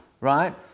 right